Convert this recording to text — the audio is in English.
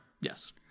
yes